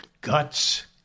guts